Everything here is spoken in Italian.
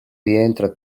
rientra